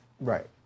Right